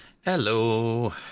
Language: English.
Hello